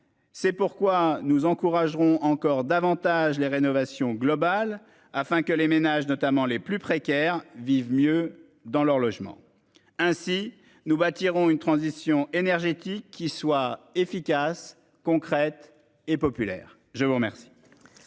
C'est pourquoi nous encouragerons encore davantage les rénovations globales afin que les ménages, notamment les plus précaires vivent mieux dans leur logement. Ainsi nous bâtirons une transition énergétique qui soit efficace, concrètes et populaires. Je vous remercie.